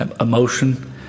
emotion